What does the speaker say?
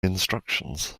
instructions